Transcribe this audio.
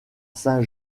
saint